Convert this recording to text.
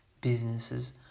businesses